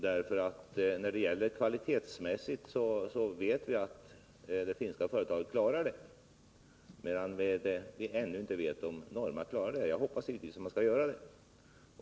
När det gäller de kvalitetsmässiga kraven vet vi ju att det finska företaget klarar dem, medan vi ännu inte vet om Norma gör det. Jag hoppas givetvis att man skall göra det.